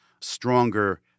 stronger